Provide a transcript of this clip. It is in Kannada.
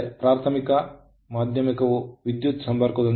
ಅಂದರೆ ಪ್ರಾಥಮಿಕ ಮಾಧ್ಯಮಿಕವು ವಿದ್ಯುತ್ ಸಂಪರ್ಕಹೊಂದಿದೆ